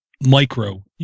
micro